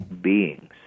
beings